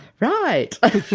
right,